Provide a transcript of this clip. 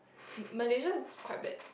Malaysia quite bad